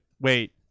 wait